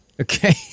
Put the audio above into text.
okay